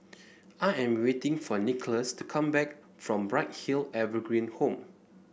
I am waiting for Nicolas to come back from Bright Hill Evergreen Home